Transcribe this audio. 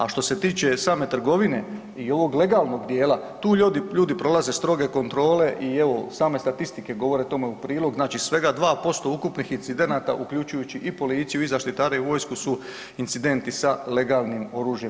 A što se tiče same trgovine i ovog legalnog dijela, tu ljudi prolaze stroge kontrole i evo same statistike govore tome u prilog, znači svega 2% ukupnih incidenata uključujući i policiju i zaštitare i vojsku su incidenti sa legalnim oružjem.